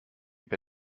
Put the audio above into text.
die